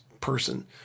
person